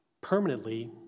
permanently